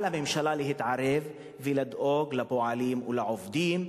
על הממשלה להתערב ולדאוג לפועלים ולעובדים,